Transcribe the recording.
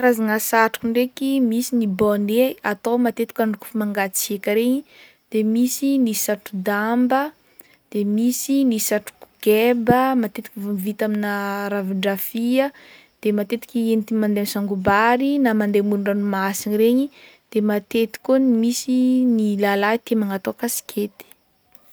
Karazagna satroka ndraiky misy ny bonet atao matetiky androa kaofa mangatsiaka regny de misy ny satro-damba de misy ny satroka geba matetiky vita amina ravin-drafia de matetiky ihentigny mandeha misango-bary na mandeha amôron-dranomasigny regny de matety koa misy ny lalahy tia magnatao kaskety.